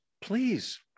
please